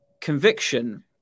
conviction